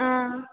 हां